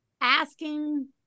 asking